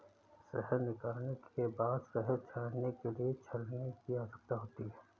शहद निकालने के बाद शहद छानने के लिए छलनी की आवश्यकता होती है